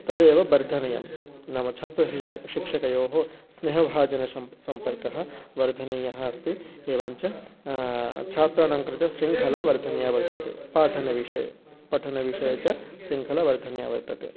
तदेव वर्धनीयं नाम छात्रशिक्षकः शिक्षकयोः स्नेहभोजनशं सम्पर्कः वर्धनीयः अस्ति एवञ्च छात्राणांकृते शृङ्खला वर्धनीया वर्तते पाठनविषये पठनविषये च शृङ्खला वर्धनीया वर्तते